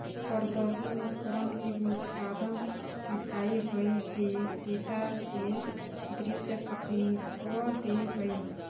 प्रदर्शन उपकरण एगो उत्पादन इकाई हइ जे डेटा के दृश्य प्रतिनिधित्व दे हइ